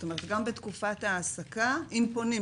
זאת אומרת גם בתקופת ההעסקה אם פונים,